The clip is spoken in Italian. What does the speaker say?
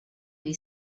gli